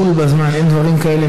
בול ובזמן, אין דברים כאלה.